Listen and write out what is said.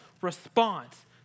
response